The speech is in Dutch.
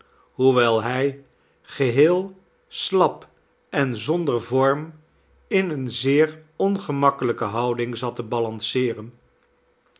hoewel hij geheel slap en zonder vorm in eene zeer ongemakkelijke houding zat te balanceeren